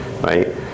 right